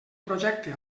projecte